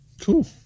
Cool